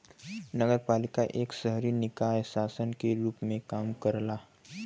नगरपालिका एक शहरी निकाय शासन के रूप में काम करला